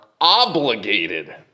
obligated